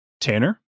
Tanner